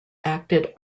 acted